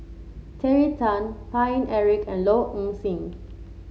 Terry Tan Paine Eric and Low Ing Sing